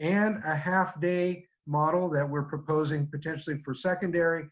and a half day model that we're proposing potentially for secondary,